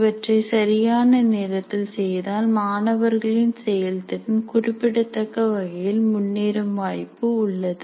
இவற்றை சரியான நேரத்தில் செய்தால் மாணவர்களின் செயல்திறன் குறிப்பிடத்தக்க வகையில் முன்னேறும் வாய்ப்பு உள்ளது